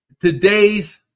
today's